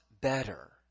better